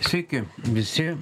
sveiki visi